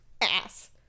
Ass